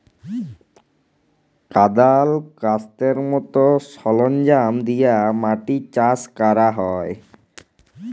কদাল, ক্যাস্তের মত সরলজাম দিয়ে মাটি চাষ ক্যরা হ্যয়